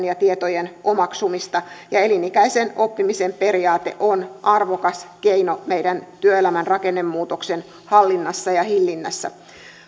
ja tietojen omaksumista ja elinikäisen oppimisen periaate on arvokas keino meidän työelämän rakennemuutoksen hallinnassa ja hillinnässä